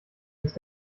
bist